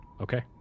Okay